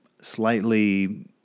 slightly